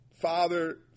Father